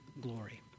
glory